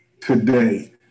today